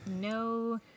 no